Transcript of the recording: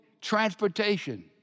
transportation